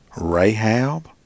Rahab